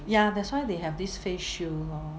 ya that's why they have this face shield lor